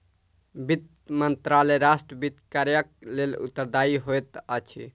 वित्त मंत्रालय राष्ट्र वित्त कार्यक लेल उत्तरदायी होइत अछि